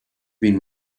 been